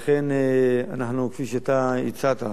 לכן, כפי שאתה הצעת,